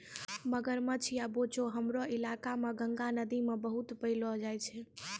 मगरमच्छ या बोचो हमरो इलाका मॅ गंगा नदी मॅ बहुत पैलो जाय छै